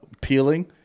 peeling